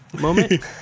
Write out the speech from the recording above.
moment